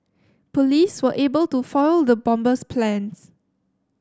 police were able to foil the bomber's plans